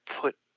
put